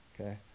Okay